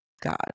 God